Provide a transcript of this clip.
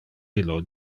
illo